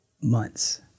months